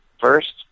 first